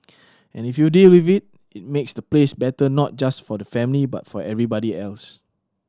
and if you deal with it it makes the place better not just for the family but for everybody else